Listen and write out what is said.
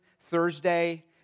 Thursday